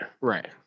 right